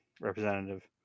representative